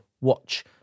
watch